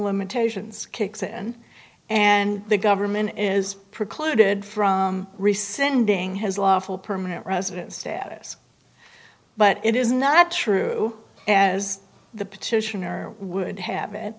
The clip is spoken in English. limitations kicks in and the government is precluded from rescinding has lawful permanent resident status but it is not true as the petitioner would ha